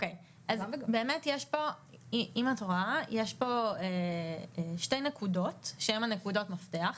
אם את רואה, יש פה שתי נקודות שהן נקודות המפתח.